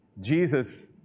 Jesus